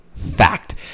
fact